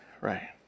right